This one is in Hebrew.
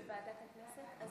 ועדת הכנסת.